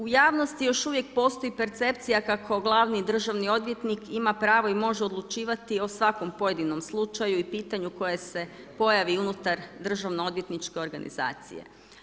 U javnosti još uvijek postoji percepcija kako glavni državni odvjetnik ima pravo i može odlučivati o svakom pojedinom slučaju i pitanju koje se pojavi unutar državno-odvjetničke organizacije.